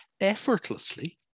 effortlessly